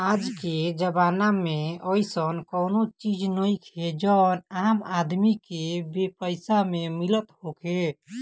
आजके जमाना में अइसन कवनो चीज नइखे जवन आम आदमी के बेपैसा में मिलत होखे